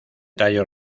tallo